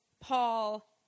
Paul